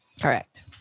Correct